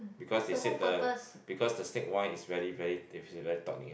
because they said the because the snake wine is very very very